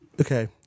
Okay